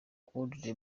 claude